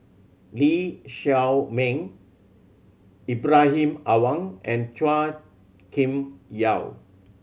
Lee Shao Meng Ibrahim Awang and Chua Kim Yeow